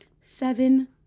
Seven